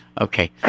Okay